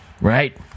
right